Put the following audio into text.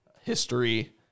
history